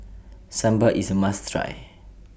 Sambar IS A must Try